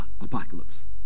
apocalypse